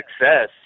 success